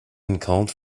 uncalled